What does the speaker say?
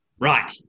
Right